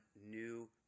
new